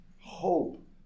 Hope